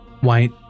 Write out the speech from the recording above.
White